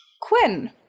Quinn